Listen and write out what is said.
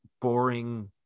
boring